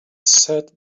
sat